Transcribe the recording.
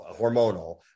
hormonal